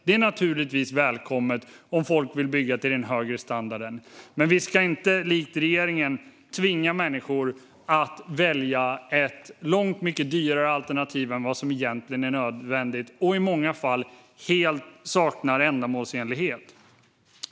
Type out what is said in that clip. Det är naturligtvis välkommet om folk vill bygga till den högre standarden, men vi ska inte likt regeringen tvinga människor att välja ett alternativ som är långt mycket dyrare än vad som egentligen är nödvändigt och som i många fall helt saknar ändamålsenlighet.